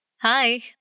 Hi